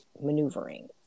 maneuvering